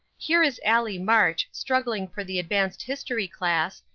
here is allie march struggling for the advanced history class,